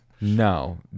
No